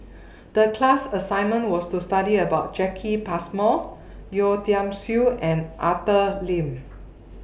The class assignment was to study about Jacki Passmore Yeo Tiam Siew and Arthur Lim